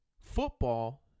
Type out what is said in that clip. Football